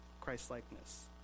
Christlikeness